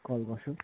call गर्छु